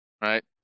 right